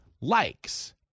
likes